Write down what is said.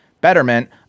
Betterment